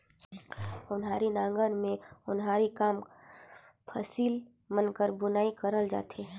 ओन्हारी नांगर मे ओन्हारी कस फसिल मन कर बुनई करल जाथे